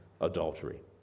adultery